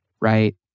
right